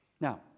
Now